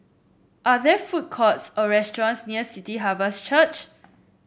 are there food courts or restaurants near City Harvest Church